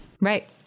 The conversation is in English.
Right